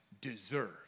deserve